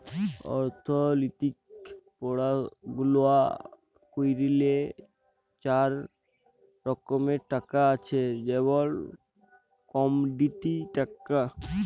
অথ্থলিতিক পড়াশুলা ক্যইরলে চার রকম টাকা আছে যেমল কমডিটি টাকা